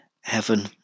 heaven